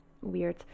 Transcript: weird